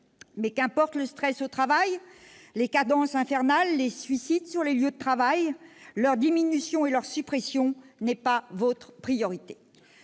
faibles. Qu'importe le stress au travail, les cadences infernales, les suicides sur les lieux de travail ! Leur diminution et leur suppression, ce n'est pas votre priorité